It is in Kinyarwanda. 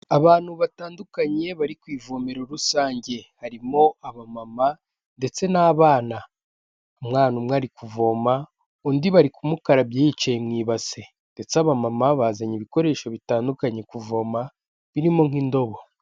Abantu batandukanye bari ku ivomero rusange, harimo abamama ndetse n'abana, umwana umwe ari kuvoma, undi bari kumukarabya yicaye mu ibase ndetse abamama bazanye ibikoresho bitandukanye kuvoma birimo nk'indobo.